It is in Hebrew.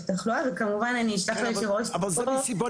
תחלואה וכמובן אני אשלח ליושב ראש --- אבל זה סיבות